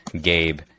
Gabe